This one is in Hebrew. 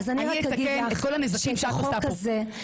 אני אתקן את כל הנזקים שאת עושה פה.